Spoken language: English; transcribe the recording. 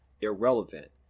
irrelevant